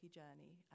journey